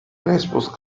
crespos